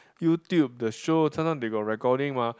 YouTube the show sometimes they got recording mah